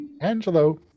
Angelo